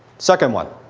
second one.